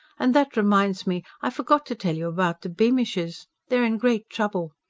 and that reminds me, i forgot to tell you about the beamishes. they're in great trouble.